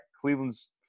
Cleveland's